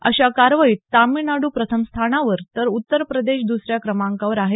अशा कारवाईत तमिळनाडू प्रथम स्थानावर तर उत्तर प्रदेश दुसऱ्या क्रमांकावर आहे